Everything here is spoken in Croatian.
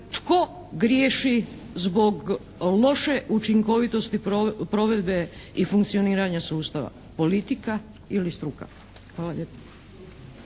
tko griješi zbog loše učinkovitosti provedbe i funkcioniranja sustava? Politika ili struka? Hvala lijepa.